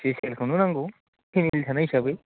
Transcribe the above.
स्पिसियेलखौनो नांगौ फेमिलि थानाय हिसाबै